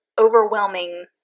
overwhelming